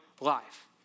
life